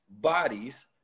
bodies